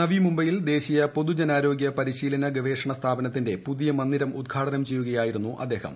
നവി മുംബൈയിൽ ദേശീയ്ക്കപ്പാതുജനാരോഗ്യ പരിശീലന ഗവേഷണ സ്ഥാപനത്തിന്റെ പുതിയ് മന്ദിരം ഉദ്ഘാടനം ചെയ്യുകയായിരുന്നു അദ്ദേഹം